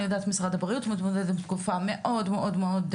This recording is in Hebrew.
אני יודעת שמשרד הבריאות מתמודד עם תקופה מאוד מאתגרת,